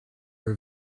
her